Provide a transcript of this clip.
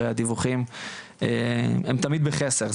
הרי הדיווחים הם תמיד בחסר,